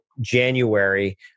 January